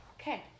Okay